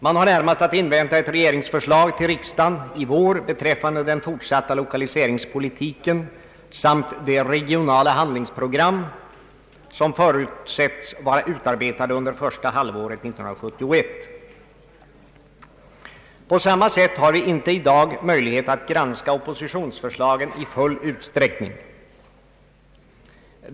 Man har närmast att invänta ett regeringsförslag till riksdagen i vår beträffande den fortsatta lokaliseringspolitiken samt de regionala handlingsprogram som förutsättes vara utarbetade under första halvåret 1971. Vi har i dag inte heller möjlighet att granska oppositionsförslagen i full utsträckning.